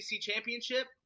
championship